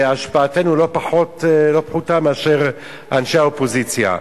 והשפעתנו לא פחות פחותה מאשר אנשי האופוזיציה.